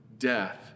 death